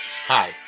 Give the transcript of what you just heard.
Hi